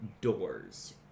doors